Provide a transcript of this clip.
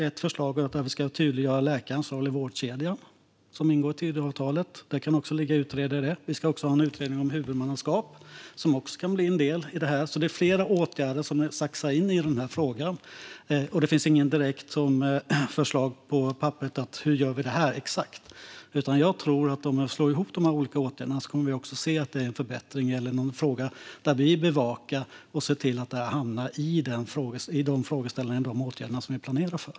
Ett förslag är att vi ska tydliggöra läkarens roll i vårdkedjan. Det ingår i Tidöavtalet. Det kan också ligga i utredningen. Vi ska även ha en utredning om huvudmannaskap. Det kan också bli en del i detta. Det är alltså flera åtgärder som saxar in i den här frågan. Det finns inget direkt förslag på papper som ska komma till rätta med exakt allt. Men jag tror att om vi slår ihop dessa olika åtgärder kommer vi också att se en förbättring. Vi kommer att se till att det hamnar bland det som vi planerar för.